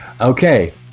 Okay